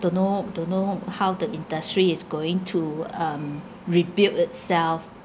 don't know don't know how the industry is going to um rebuild itself